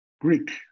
Greek